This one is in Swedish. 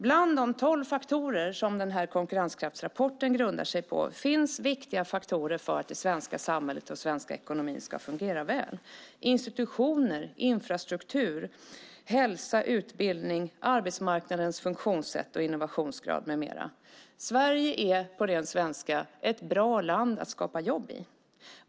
Bland de tolv faktorer som konkurrenskraftsrapporten grundar sig på finns viktiga faktorer för att det svenska samhället och den svenska ekonomin ska fungera väl: institutioner, infrastruktur, hälsa, utbildning, arbetsmarknadens funktionssätt och innovationsgrad med mera. Sverige är på ren svenska ett bra land att skapa jobb i.